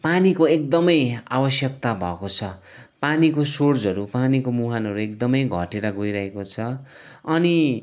पानीको एकदमै आवश्यकता भएको छ पानीको सोर्सहरू पानीको मुहानहरू एकदमै घटेर गइरहेको छ अनि